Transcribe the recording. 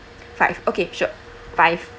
five okay sure five